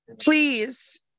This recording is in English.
Please